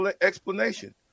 explanation